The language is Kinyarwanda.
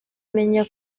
menya